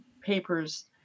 papers